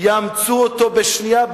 יאמצו אותו בשנייה,